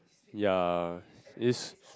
ya it's